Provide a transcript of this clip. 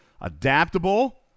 Adaptable